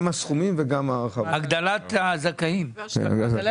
גם הסכומים וגם הגדלת מספר הזכאים.